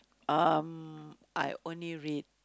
um I only read